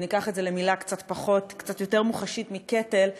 אם ניקח את זה למילה קצת יותר מוחשית מקטל,